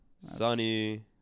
Sunny